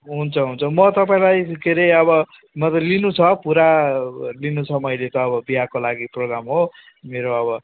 हुन्छ हुन्छ म तपाईँलाई के हरे अब म त लिनु छ पुरा लिनु छ मैले त अब बिहाको लागि प्रोग्राम हो मेरो अब